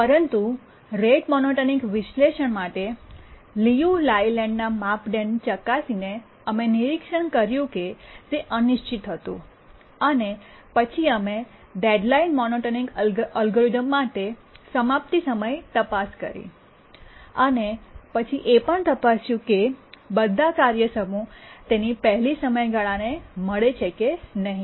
પરંતુ rate monotonic વિશ્લેષણ માટે લિયુ લાયલેન્ડ ના માપદંડ ચકાસીને અમે નિરીક્ષણ કર્યું કે તે અનિશ્ચિત હતું અને પછી અમે ડેડલાઈન મોનોટોનિક એલ્ગોરિધમ માટે સમાપ્તિ સમય તપાસ કરી અને પછી તે પણ તપાસ્યું કે બધા કાર્ય સમૂહ તેની પહેલી સમયગાળાને મળે છે કે નહીં